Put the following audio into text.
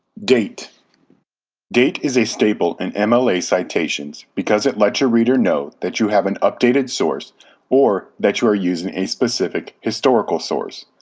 date date is a staple in mla citations because it lets your reader know that you have an updated source or that you are using a specific historical source.